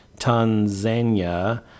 Tanzania